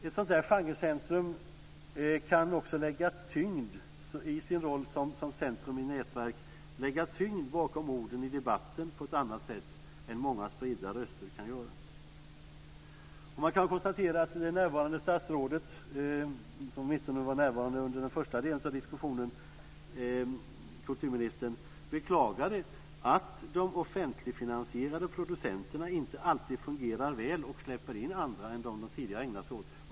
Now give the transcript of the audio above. Ett sådant genrecentrum kan också i sin roll som centrum i ett nätverk lägga tyngd bakom orden i debatten på ett annat sätt än många spridda röster kan göra. Man kan konstatera att det närvarande statsrådet, som åtminstone var närvarande under den första delen av diskussionen, alltså kulturministern, beklagade att de offentligt finansierade producenterna inte alltid fungerar väl och släpper in andra än dem de tidigare ägnat sig åt.